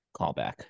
callback